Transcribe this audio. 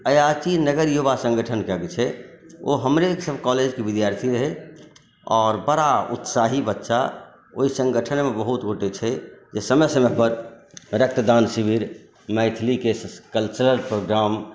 अयाची नगर युवा सङ्गठनके छै ओ हमरे सबके कॉलेजके विद्यार्थी रहै आओर बड़ा उत्साही बच्चा ओहि सङ्गठनमे बहुत गोटे छै जे समय समय पर रक्तदान शिविर मैथिलीके कल्चरल प्रोग्राम